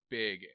big